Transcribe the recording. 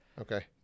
Okay